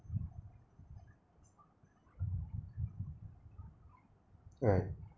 right